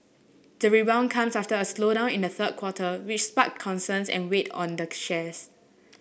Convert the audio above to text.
the rebound comes after a slowdown in the third quarter which sparked concerns and weighed on the shares